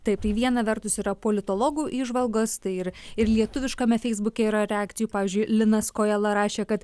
taip tai viena vertus yra politologų įžvalgos tai ir ir lietuviškame feisbuke yra reakcijų pavyzdžiui linas kojala rašė kad